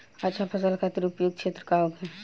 अच्छा फसल खातिर उपयुक्त क्षेत्र का होखे?